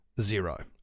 zero